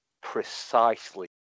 Precisely